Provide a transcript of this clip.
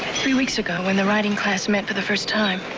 three weeks ago when the writing class met for the first time,